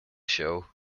show